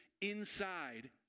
inside